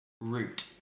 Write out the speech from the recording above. Root